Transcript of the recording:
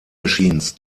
machines